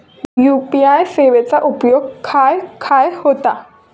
UPI सेवेचा उपयोग खाय खाय होता?